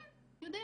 כן, יודעים.